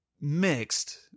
mixed